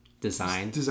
design